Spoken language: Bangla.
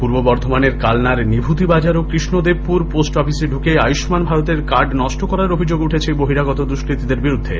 পূর্ব বর্ধমানের কালনার নিভূজিবাজার ও কৃষ্ণদেবপুর পোস্ট অফিসে ঢুকে আয়ুষ্মান কার্ড নষ্ট করার অভিযোগ উঠেছে বহিরাগত দুষ্কৃতিদের বিরুদ্ধে